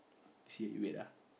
see you wait ah